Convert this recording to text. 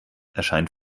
erscheint